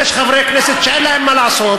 איזו הסתה, יש חברי כנסת שאין להם מה לעשות.